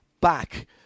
back